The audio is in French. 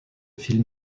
film